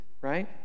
right